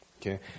Okay